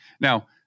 Now